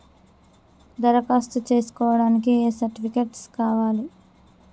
దరఖాస్తు చేస్కోవడానికి ఏ సర్టిఫికేట్స్ కావాలి?